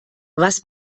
was